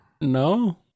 No